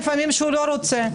לפעמים שאתה לא רוצה.